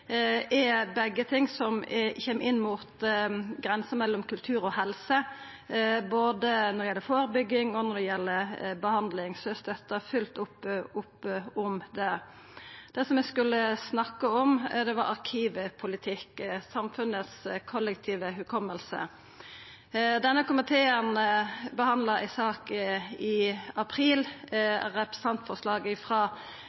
som begge delar er noko som kjem inn mot grensa mellom kultur og helse, både når det gjeld førebygging og behandling, så eg støttar dette fullt ut. Det eg skulle snakka om, var arkivpolitikk, samfunnets kollektive minne. Denne komiteen behandla ei sak i april,